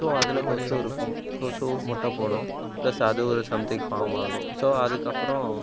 so அதில் கொசு இருக்கும் கொசு முட்டை போடும் ப்ளஸ் அது ஒரு சம்திங் ஃபார்ம் ஆகும் ஸோ அதுக்கப்புறம்